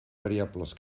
variables